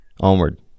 Onward